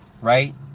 Right